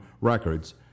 records